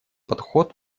подход